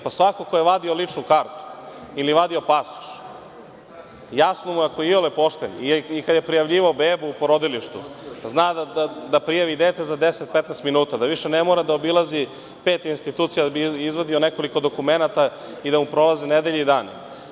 Pa, svako ko je vadio ličnu kartu ili pasoš, jasno mu je, ako je iole pošten, ili kad je prijavljivao bebu u porodilištu, zna da prijavi dete za 10-15 minuta, da više ne mora da obilazi pet institucija da bi izvadio nekoliko dokumenata i da mu prolaze nedelje i dani.